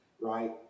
right